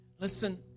Listen